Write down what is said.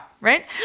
Right